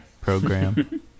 program